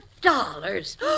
dollars